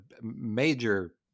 major